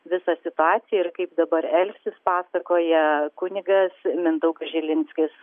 visa situacija ir kaip dabar elgtis pasakoja kunigas mindaugas žilinskis